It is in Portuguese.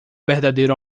verdadeiro